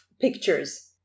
pictures